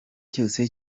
cyose